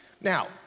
Now